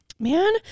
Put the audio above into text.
man